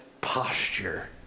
posture